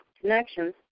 connections